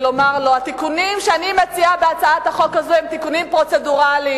ולומר לו: התיקונים שאני מציעה בהצעת החוק הזאת הם תיקונים פרוצדורליים,